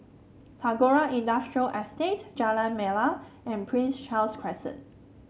Tagore Industrial Estate Jalan Melor and Prince Charles Crescent